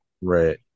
right